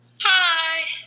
hi